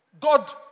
God